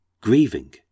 grieving